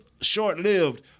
short-lived